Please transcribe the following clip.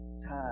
time